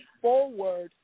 forward